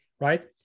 right